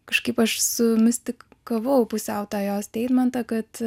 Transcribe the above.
kažkaip aš sumistikavau pusiau tą jos deimantą kad